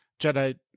Jedi